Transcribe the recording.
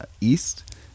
east